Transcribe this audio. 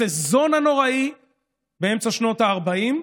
הסזון הנוראי באמצע שנות הארבעים,